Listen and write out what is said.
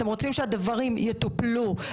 אתם רוצים שהדברים יטופלו,